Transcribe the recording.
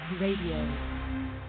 Radio